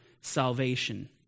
salvation